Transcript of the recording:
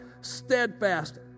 steadfast